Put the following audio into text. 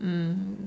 mm